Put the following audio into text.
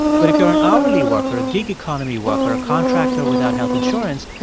but if you're an hourly worker, a gig economy worker, a contractor without health insurance,